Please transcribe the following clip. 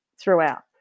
throughout